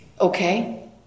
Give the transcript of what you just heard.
Okay